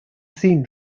seen